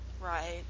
Right